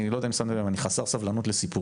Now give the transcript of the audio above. לא יודע אם שמתם לב, אני חסר סבלנות לסיפורים.